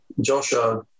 Joshua